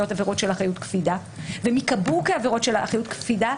עבירות של אחריות קפידה והן ייקבעו כעבירות של אחריות קפידה,